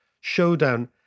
showdown